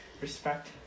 Respect